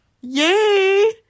Yay